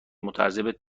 مترجم